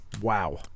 wow